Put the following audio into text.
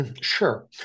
Sure